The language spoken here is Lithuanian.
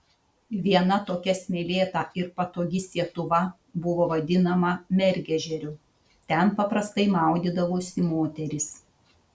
viena tokia smėlėta ir patogi sietuva buvo vadinama mergežeriu ten paprastai maudydavosi moterys